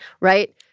Right